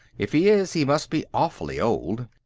if he is he must be awfully old.